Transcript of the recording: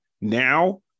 now